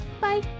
Bye